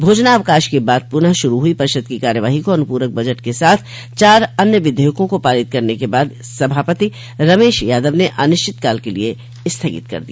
भोजनावकाश के बाद पुनः शुरू हुई परिषद की कार्यवाही को अनुपूरक बजट के साथ चार अन्य विधेयकों को पारित करने के बाद सभापाति रमेश यादव ने अनिश्चितकाल के लिए स्थगित कर दिया